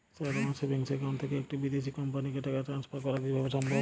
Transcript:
Sir আমার savings account থেকে একটি বিদেশি কোম্পানিকে টাকা ট্রান্সফার করা কীভাবে সম্ভব?